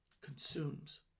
consumes